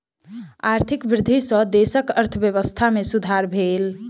आर्थिक वृद्धि सॅ देशक अर्थव्यवस्था में सुधार भेल